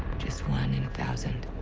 just one in a thousand.